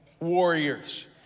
warriors